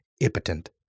impotent